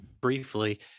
briefly